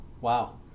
Wow